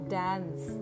dance